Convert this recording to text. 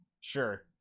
sure